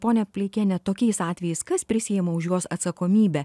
ponia pleikiene tokiais atvejais kas prisiima už juos atsakomybę